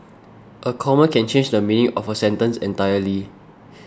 a comma can change the meaning of a sentence entirely